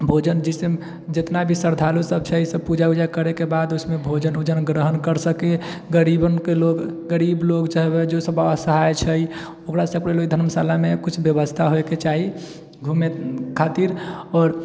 भोजन जिसे जतना भी श्रद्धालु सब छै सब पूजा उजा करैके बाद ओहिमे भोजन उजन ग्रहण करि सकै गरीबनके लोक गरीब लोक सब जे सब असहाइ छै ओकरा सबके लिए धर्मशालामे किछु बेबस्था होइके चाही घुमै खातिर आओर